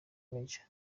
major